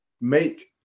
make